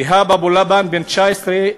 איהאב אבו לבן, בן 19,